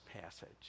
passage